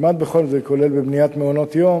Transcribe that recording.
זה כולל בבניית מעונות יום.